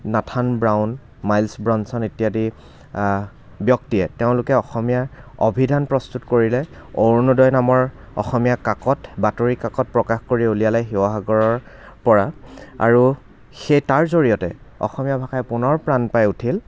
Nathan Brown Miles Bronson ইত্যাদি ব্যক্তিয়ে তেওঁলোকে অসমীয়া অভিধান প্ৰস্তুত কৰিলে অৰুণোদয় নামৰ অসমীয়া কাকত বাতৰি কাকত প্ৰকাশ কৰি উলিয়ালে শিৱসাগৰৰ পৰা আৰু সেই তাৰ জৰিয়তে অসমীয়া ভাষাই পুনৰ প্ৰাণ পাই উঠিল